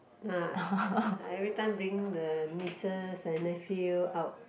uh I every time bring the nieces and nephew out